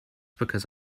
because